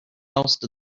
most